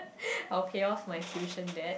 I'll pay off my tuition debt